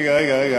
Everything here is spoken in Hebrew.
רגע רגע,